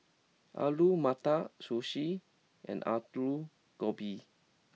Alu Matar Sushi and Alu Gobi